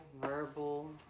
verbal